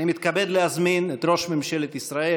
אני מתכבד להזמין את ראש ממשלת ישראל